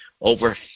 Over